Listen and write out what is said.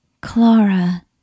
Clara